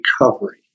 recovery